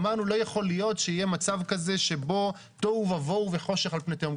אמרנו שלא יכול להיות שיהיה מצב כזה שבו תוהו ובוהו וחושך על פני תהום.